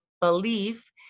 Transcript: belief